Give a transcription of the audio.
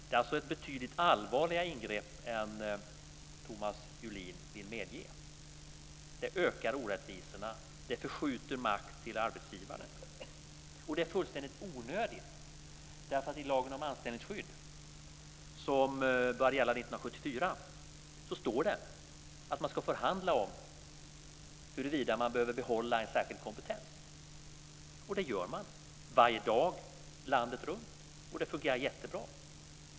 Det är ett betydligt allvarligare ingrepp än Thomas Julin vill medge. Det ökar orättvisorna. Det förskjuter makt till arbetsgivaren. Och det är fullständigt onödigt, eftersom det i lagen om anställningsskydd, som började gälla 1974, står att man ska förhandla om huruvida man behöver behålla en särskild kompetens. Och det gör man varje dag, landet runt. Det fungerar jättebra.